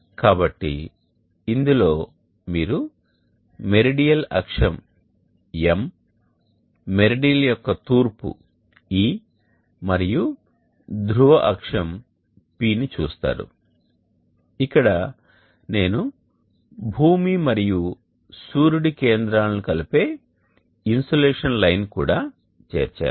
కాబట్టి ఇందులో మీరు మెరిడియల్ అక్షం m మెరిడియన్ యొక్క తూర్పు e మరియు ధ్రువ అక్షం p ని చూస్తారు ఇక్కడ నేను భూమి మరియు సూర్యుడి కేంద్రాలను కలిపే ఇన్సోలేషన్ లైన్ కూడా చేర్చాను